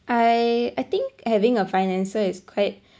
I I think having a financer is quite